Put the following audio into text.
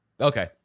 Okay